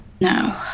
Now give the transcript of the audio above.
no